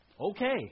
okay